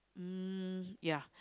um yeah